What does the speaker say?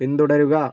പിന്തുടരുക